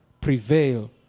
prevail